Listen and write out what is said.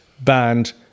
banned